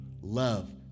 love